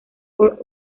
fort